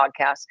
podcast